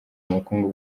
bukungu